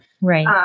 Right